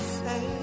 say